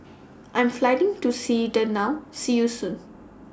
I Am Flying to Sweden now See YOU Soon